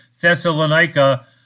Thessalonica